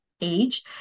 age